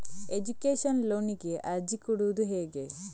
Education ಲೋನಿಗೆ ಅರ್ಜಿ ಕೊಡೂದು ಹೇಗೆ?